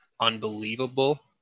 unbelievable